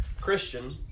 Christian